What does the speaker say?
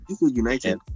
United